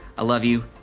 i love you.